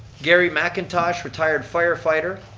gary macintosh, retired firefighter.